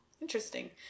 Interesting